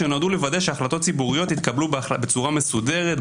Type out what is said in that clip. שנועדו לוודא שהחלטות ציבוריות יתקבלו בצורה מסודרת,